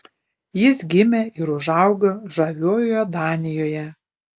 jis gimė ir užaugo žaviojoje danijoje